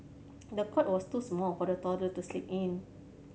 the cot was too small for the toddler to sleep in